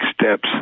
steps